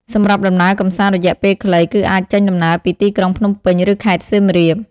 សម្រាប់ដំណើរកម្សាន្តរយៈពេលខ្លី គឺអាចចេញដំណើរពីទីក្រុងភ្នំពេញ ឬខេត្តសៀមរាប។